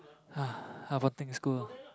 ah ponteng school